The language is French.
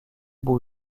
beau